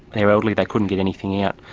they are elderly, they couldn't get anything out.